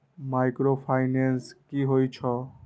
Micro finance कि होई छै?